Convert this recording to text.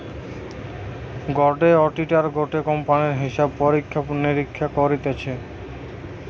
গটে অডিটার গটে কোম্পানির হিসাব পরীক্ষা নিরীক্ষা করতিছে